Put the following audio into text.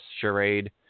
charade